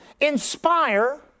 inspire